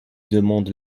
demande